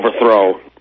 overthrow